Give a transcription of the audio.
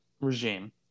regime